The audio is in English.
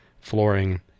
Flooring